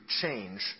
change